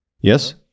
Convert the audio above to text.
Yes